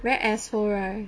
very asshole right